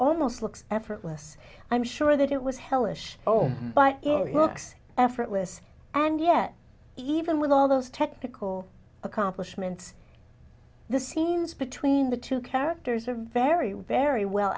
almost looks effortless i'm sure that it was hellish oh but it looks effortless and yet even with all those technical accomplishments the scenes between the two characters are very very well